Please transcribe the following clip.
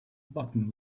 button